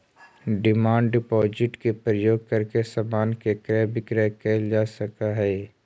demand deposit के प्रयोग करके समान के क्रय विक्रय कैल जा सकऽ हई